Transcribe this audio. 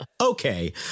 Okay